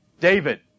David